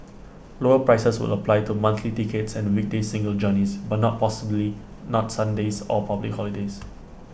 lower prices would apply to monthly tickets and weekday single journeys but not possibly not Sundays or public holidays